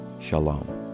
Shalom